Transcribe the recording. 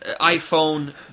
iPhone